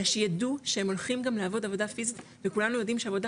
אלא שיידעו שהם גם הולכים לעבוד עבודה פיזית וכולנו יודעים שעבודת